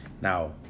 Now